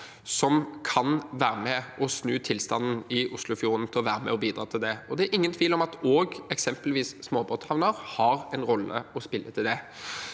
som kan være med og snu tilstanden i Oslofjorden, til å være med og bidra til det. Det er ingen tvil om at eksempelvis småbåthavner også har en rolle å spille her.